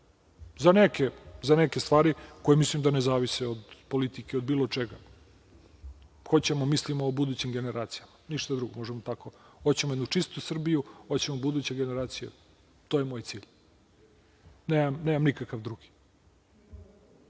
za neke stvari koje mislim da ne zavise od politike, od bilo čega. Hoćemo da mislimo o budućim generacijama, ništa drugo. Hoćemo jednu čistu Srbiju, hoćemo buduće generacije. To je moj cilj, nemam nikakav